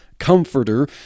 comforter